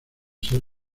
ser